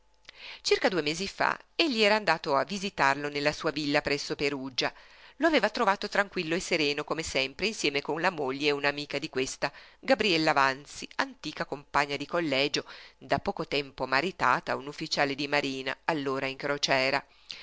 circa due mesi fa egli era andato a visitarlo nella sua villa presso perugia lo aveva trovato tranquillo e sereno come sempre insieme con la moglie e con un'amica di questa gabriella vanzi antica compagna di collegio da poco tempo maritata a un ufficiale di marina allora in crociera